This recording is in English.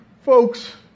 folks